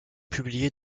publiées